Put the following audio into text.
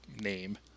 name